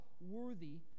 worthy